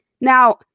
Now